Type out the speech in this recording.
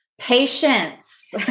Patience